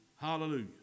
Hallelujah